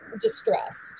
distressed